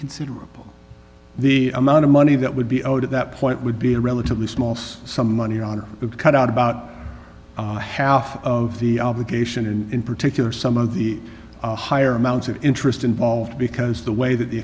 considerable the amount of money that would be owed at that point would be a relatively small so some money on a cut out about half of the obligation in particular some of the higher amounts of interest involved because the way that the